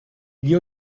gli